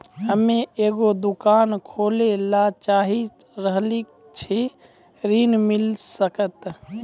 हम्मे एगो दुकान खोले ला चाही रहल छी ऋण मिल सकत?